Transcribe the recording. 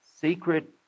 Secret